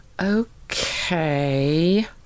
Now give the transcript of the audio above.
Okay